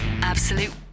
Absolute